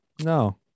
No